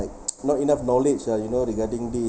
not enough knowledge lah you know regarding the